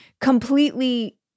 completely